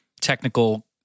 technical